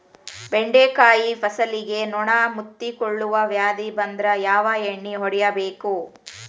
ಬೆಂಡೆಕಾಯ ಫಸಲಿಗೆ ನೊಣ ಮುತ್ತಿಕೊಳ್ಳುವ ವ್ಯಾಧಿ ಬಂದ್ರ ಯಾವ ಎಣ್ಣಿ ಹೊಡಿಯಬೇಕು?